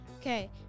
Okay